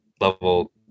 level